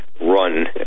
run